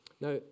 Now